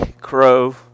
Crow